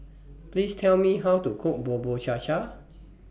Please Tell Me How to Cook Bubur Cha Cha